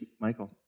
Michael